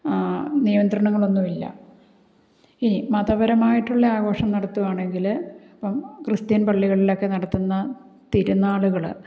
നിയന്ത്രണങ്ങളൊന്നുമില്ല ഇനി മതപരമായിട്ടുള്ള ആഘോഷം നടത്തുവാണെങ്കിൽ ഇപ്പം ക്രിസ്ത്യന് പള്ളികളിലൊക്കെ നടത്തുന്ന തിരുന്നാളുകൾ